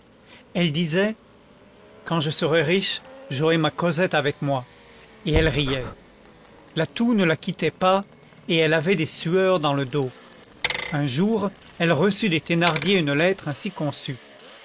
elle disait quand je serai riche j'aurai ma cosette avec moi et elle riait la toux ne la quittait pas et elle avait des sueurs dans le dos un jour elle reçut des thénardier une lettre ainsi conçue